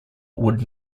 would